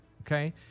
Okay